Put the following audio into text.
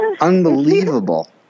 unbelievable